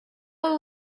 will